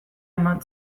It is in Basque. eman